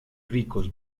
ricos